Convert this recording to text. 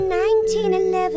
1911